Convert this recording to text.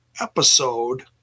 episode